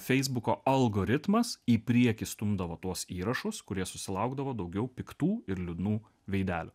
feisbuko algoritmas į priekį stumdavo tuos įrašus kurie susilaukdavo daugiau piktų ir liūdnų veidelių